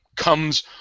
comes